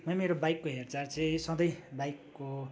मेरो बाइकको हेरचाह चाहिँ सधैँ बाइकको